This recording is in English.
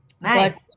nice